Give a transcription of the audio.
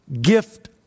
gift